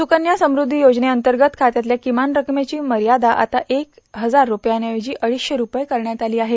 सुकन्या समध्दी येजने अंतर्गत खात्यातल्या किमान रकमेची मर्यादा आता एक हजार रुपयाऐवजी अडीघशे रुपये करण्यात आली आहे